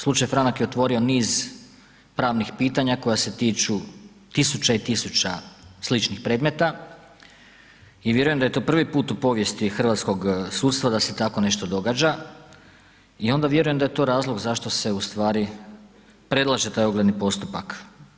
Slučaj Franak je otvorio niz pravnih pitanja koja se tiču tisuća i tisuća sličnih predmeta i vjerujem da je to prvi put u povijesti hrvatskog sudstva da se tako nešto događa i onda vjerujem da je to razlog zašto se u stvari predlaže taj ogledni postupak.